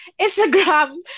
Instagram